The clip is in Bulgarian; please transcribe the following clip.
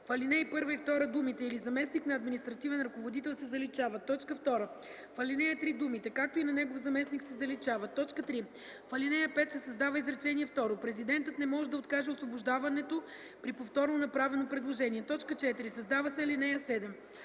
ал. 1 и 2 думите „и или заместник на административен ръководител” се заличават. 2. В ал. 3 думите „както и на негов заместник” се заличават. 3. В ал. 5 се създава изречение второ: „Президентът не може да откаже освобождаването при повторно направено предложение.” 4. Създава се ал. 7: